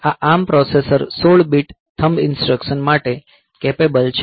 આ ARM processor 16 bit thumb instruction માટે capable છે